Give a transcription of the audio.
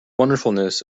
wonderfulness